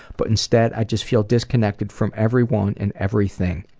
but instead, i just feel disconnected from everyone and everything.